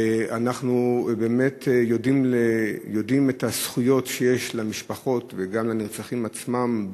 ואנחנו באמת יודעים מה הזכויות שיש למשפחות וגם לנרצחים עצמם,